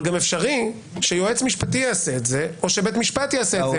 אבל גם אפשרי שיועץ משפטי יעשה את זה או שבית משפט יעשה.